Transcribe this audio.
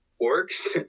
works